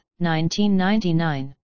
1999